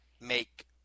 make